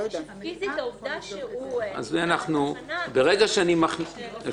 פיזית העובדה שהוא מגיע לתחנה -- אפרת,